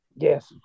Yes